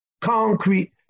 concrete